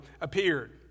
appeared